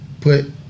Put